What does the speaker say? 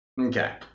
Okay